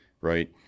right